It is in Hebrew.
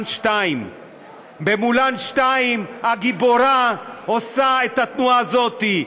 2". ב"מולאן 2" הגיבורה עושה את התנועה הזאת,